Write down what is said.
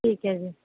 ਠੀਕ ਹੈ ਜੀ